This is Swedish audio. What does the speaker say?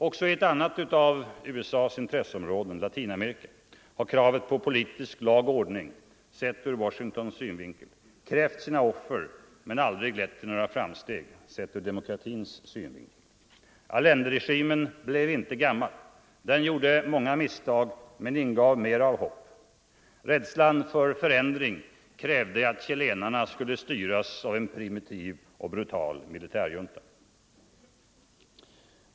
Också i ett annat av USA:s intresseområden, Latinamerika, har kravet på politisk lag och ordning, sett ur Washingtons synvinkel, fordrat sina offer men aldrig lett till några framsteg — sett ur demokratins synvinkel. Allenderegimen blev inte gammal. Den gjorde många misstag, men ingav mer av hopp. Rädslan för förändring krävde att chilenarna skulle styras av en primitiv och brutal militärjunta.